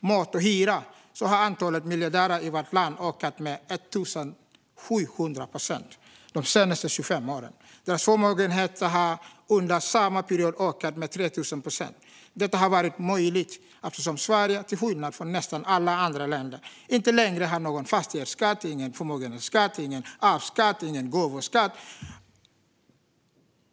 mat och hyra, har nämligen antalet miljardärer i vårt land ökat med 1 700 procent de senaste 25 åren. Deras förmögenheter har under samma period ökat med 3 000 procent. Detta har varit möjligt eftersom Sverige, till skillnad från nästan alla andra länder, inte längre har någon fastighetsskatt, förmögenhetsskatt, arvsskatt eller gåvoskatt.